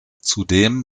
zudem